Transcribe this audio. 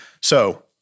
So-